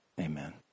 Amen